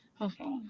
Okay